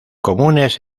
comunes